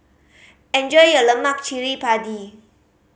enjoy your lemak cili padi